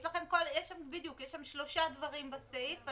בדיוק, יש שם שלושה דברים בסעיף.